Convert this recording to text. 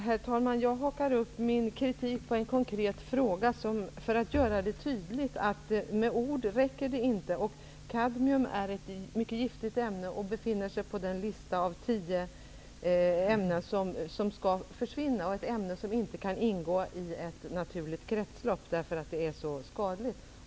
Herr talman! Jag hakar upp min kritik på en konkret fråga för att tydliggöra att det inte räcker med ord. Kadmium är ett mycket giftigt ämne som finns med på den lista över tio ämnen som skall försvinna. Det är ett ämne som inte kan ingå i ett naturligt kretslopp, därför att det är så skadligt.